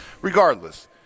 regardless